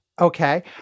Okay